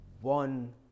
one